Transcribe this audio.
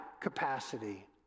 capacity